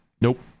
nope